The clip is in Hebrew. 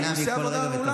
אני נהנה מכל רגע בתפקידי.